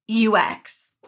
UX